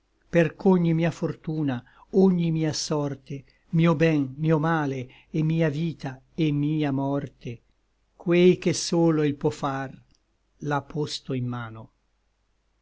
vano perch'ogni mia fortuna ogni mia sorte mio ben mio male et mia vita et mia morte quei che solo il pò far l'à posto in mano